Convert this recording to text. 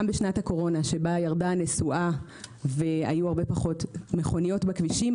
גם לא בשנת הקורונה שבה ירדה הנסועה והיו הרבה פחות מכוניות בכבישים,